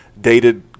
dated